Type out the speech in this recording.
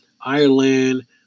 Ireland